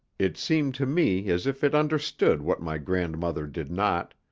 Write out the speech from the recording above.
it seemed to me as if it understood what my grandmother did not,